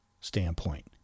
standpoint